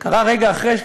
זה קרה רגע אחרי,